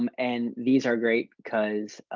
um and these are great because